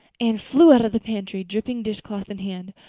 anne flew out of the pantry, dripping dishcloth in hand.